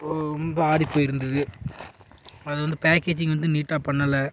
இப்போது ரொம்ப ஆறிப்போயிருந்தது அது வந்து பேக்கேஜிங் வந்து நீட்டாக பண்ணலை